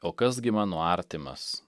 o kas gi mano artimas